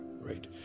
right